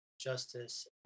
justice